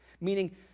meaning